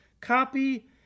copy